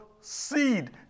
seed